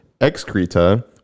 excreta